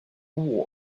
war